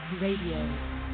Radio